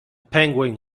penguin